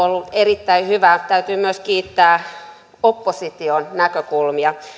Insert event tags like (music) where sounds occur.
(unintelligible) ollut erittäin hyvä täytyy kiittää myös opposition näkökulmia